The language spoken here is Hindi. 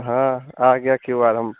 हाँ आ गया क्यू आर हम